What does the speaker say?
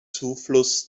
zufluss